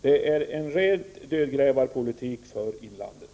Det är en ren dödgrävarpolitik för inlandet.